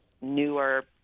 newer